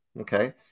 Okay